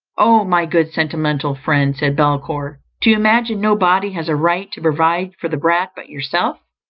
oh my good sentimental friend, said belcour, do you imagine no body has a right to provide for the brat but yourself.